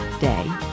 day